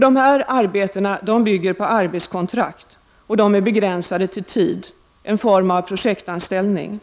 De här arbetena bygger på arbetskontrakt som är begränsade till tid -- en form av projektanställning.